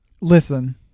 Listen